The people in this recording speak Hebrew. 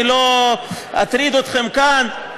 ואני לא אטריד אתכם כאן,